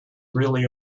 really